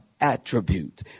attribute